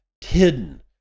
hidden